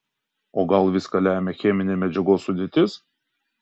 o gal viską lemia cheminė medžiagos sudėtis